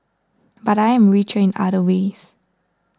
but I am richer in other ways